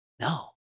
No